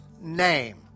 name